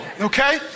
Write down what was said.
okay